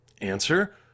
answer